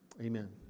amen